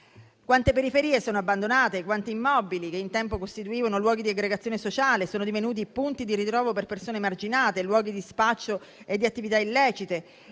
Quante periferie sono abbandonate? Quanti immobili, che un tempo costituivano luoghi di aggregazione sociale, sono divenuti punti di ritrovo per persone emarginate, di spaccio e di attività illecite,